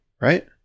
right